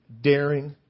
daring